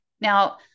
Now